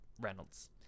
reynolds